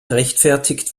rechtfertigt